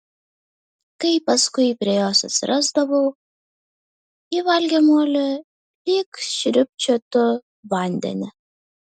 kai paskui prie jos atsirasdavau ji valgė molį lyg sriūbčiotų vandenį